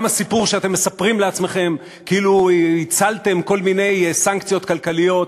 גם הסיפור שאתם מספרים לעצמכם כאילו הצלתם כל מיני סנקציות כלכליות,